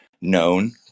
known